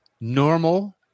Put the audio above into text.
normal